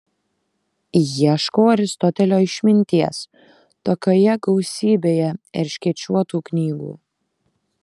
ieškau aristotelio išminties tokioje gausybėje erškėčiuotų knygų